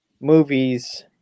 movies